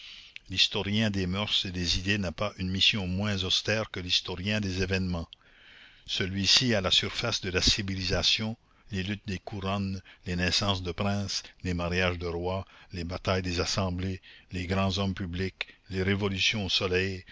l'historien des moeurs et des idées n'a pas une mission moins austère que l'historien des événements celui-ci a la surface de la civilisation les luttes des couronnes les naissances de princes les mariages de rois les batailles les assemblées les grands hommes publics les révolutions au soleil